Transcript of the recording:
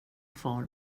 far